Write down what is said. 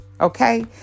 Okay